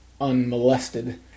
unmolested